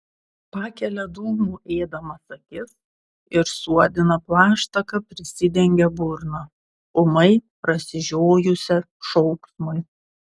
pakelia dūmų ėdamas akis ir suodina plaštaka prisidengia burną ūmai prasižiojusią šauksmui